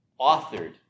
authored